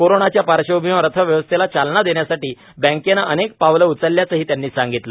कोरोनाच्या पार्श्वभूमीवर अर्थव्यवस्थेला चालना देण्यासाठी बँकेने अनेक पावलं उचलल्याचंही त्यांनी सांगितलं